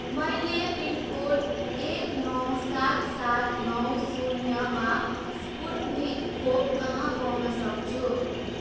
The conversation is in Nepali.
मैले पिनकोड एक नौ सात सात नौ शून्यमा स्पुत्निक खोप कहाँ पाउन सक्छु